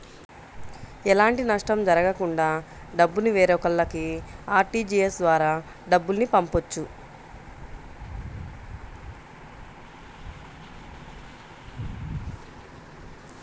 ఎలాంటి నష్టం జరగకుండా డబ్బుని వేరొకల్లకి ఆర్టీజీయస్ ద్వారా డబ్బుల్ని పంపొచ్చు